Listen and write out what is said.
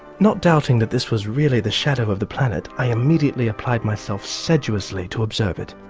not doubting that this was really the shadow of the planet, i immediately applied myself sedulously to observe it.